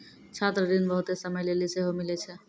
छात्र ऋण बहुते समय लेली सेहो मिलै छै